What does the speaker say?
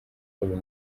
uyu